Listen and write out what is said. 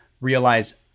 realize